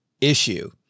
issue